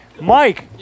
Mike